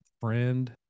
Friend